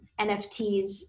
NFTs